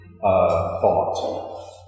thought